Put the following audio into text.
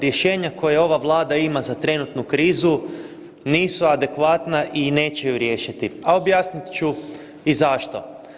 Rješenja koja ova Vlada ima za trenutnu krizu nisu adekvatna i neće ju riješiti, a objasnit ću i zašto.